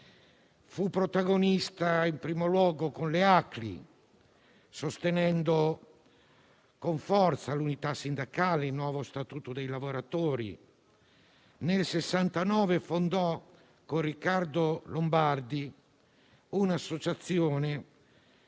fu protagonista in primo luogo con le ACLI, sostenendo con forza l'unità sindacale, il nuovo statuto dei lavoratori. Nel 1969 fondò, con Riccardo Lombardi, un'associazione